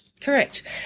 Correct